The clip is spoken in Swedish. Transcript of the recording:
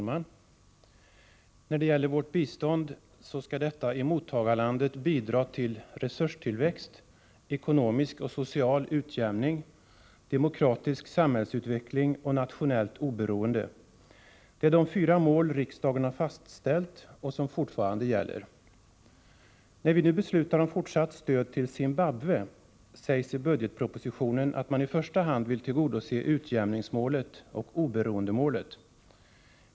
Herr talman! Vårt bistånd skall i mottagarlandet bidra till resurstillväxt, social och ekonomisk utjämning, demokratisk samhällsutveckling och nationellt oberoende. Det är de fyra mål som riksdagen har fastställt och som fortfarande gäller. När vi nu beslutar om fortsatt stöd till Zimbabwe sägs i budgetpropositionen att man i första hand vill tillgodose utjämningsmålet och oberoendemålet.